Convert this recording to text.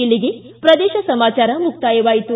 ಇಲ್ಲಿಗೆ ಪ್ರದೇಶ ಸಮಾಚಾರ ಮುಕ್ತಾಯವಾಯಿತು